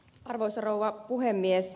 arvoisa rouva puhemies